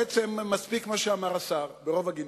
בעצם מספיק מה שאמר השר, ברוב הגינותו.